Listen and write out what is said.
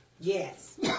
Yes